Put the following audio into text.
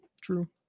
true